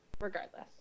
regardless